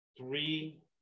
three